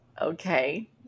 Okay